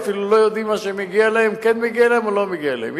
ואפילו לא יודעים מה כן מגיע להם או לא מגיע להם.